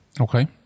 Okay